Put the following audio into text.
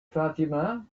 fatima